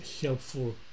helpful